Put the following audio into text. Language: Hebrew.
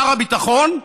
שר הביטחון,